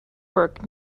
work